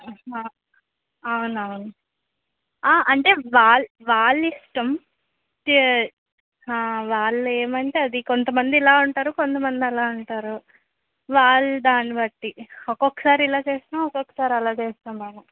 అవునవును ఆ అంటే వా వాళ్ళ ఇష్టం వాళ్ళు ఏం అంటే అది కొంతమంది ఇలా అంటారు కొంతమంది అలా అంటారు వాళ్ దాన్ని బట్టి ఒకొక్కసారి ఇలా చేస్తాం ఒకొక్కసారి అలా చేస్తాం మేము